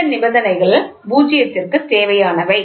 இந்த நிபந்தனைகள் பூஜ்யத்திற்கு தேவையானவை